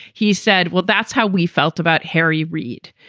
he said, well, that's how we felt about harry reid,